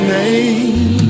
name